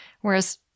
Whereas